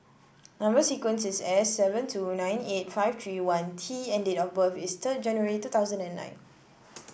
number sequence is S seven two nine eight five three one T and date of birth is third January two thousand and nine